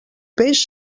peix